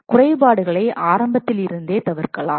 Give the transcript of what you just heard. குறைபாடுகளை ஆரம்பத்தில் இருந்தே தவிர்க்கலாம்